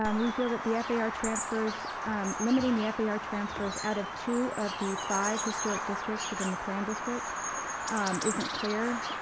um we feel that the far transfers um limiting the far transfers out of two of five historic districts within the plan district isn't clear.